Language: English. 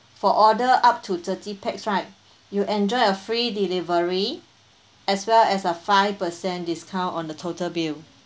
for order up to thirty pax right you enjoy a free delivery as well as a five percent discount on the total bill